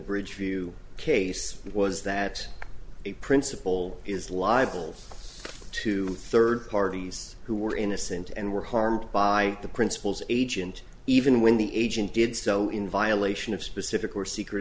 bridge view case was that a principal is liable to third parties who were innocent and were harmed by the principal's agent even when the agent did so in violation of specific or secret